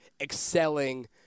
excelling